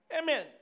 Amen